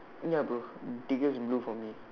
ya bro deepest blue for me